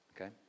Okay